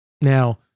Now